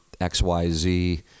XYZ